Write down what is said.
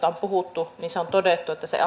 on puhuttu on todettu että se